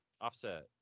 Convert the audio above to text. Offset